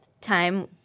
time